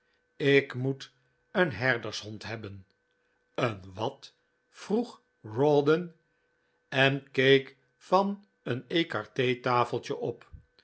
ik moet een herdershond hebben een wat vroeg rawdon en keek van een ecarfe tafeltje op